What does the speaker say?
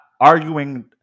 arguing